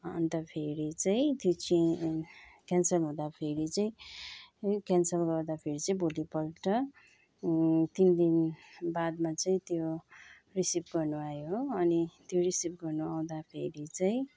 अन्तखेरि चाहिँ त्यो चाहिँ क्यानसल हुँदाखेरि चाहिँ क्यानसल गर्दाखेरि चाहिँ भोलिपल्ट तिन दिन बादमा चाहिँ त्यो रिसिभ गर्नु आयो हो अनि त्यो रिसिभ गर्नु आउँदाखेरि चाहिँ